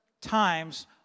times